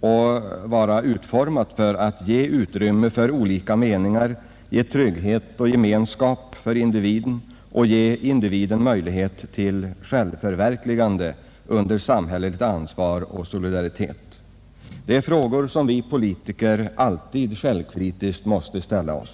och vara utformat för att ge utrymme för olika meningar, ge trygghet och gemenskap för individen och ge individen möjlighet till självförverkligande under samhälleligt ansvar och solidaritet? Det är frågor som vi politiker alltid självkritiskt måste ställa oss.